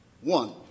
One